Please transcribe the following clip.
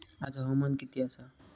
आज हवामान किती आसा?